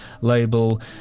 label